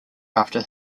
after